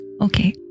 okay